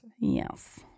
Yes